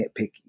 nitpicky